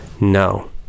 No